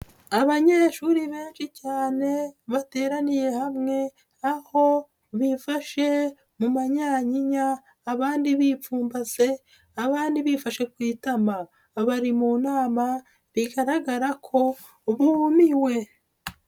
Abanyeshuri benshi cyane bateraniye hamwe, aho bifashe mu manyanyinya, abandi bipfumbase, abandi bifashe ku itama, bari mu nama bigaragara ko bumiwe.